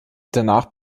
danach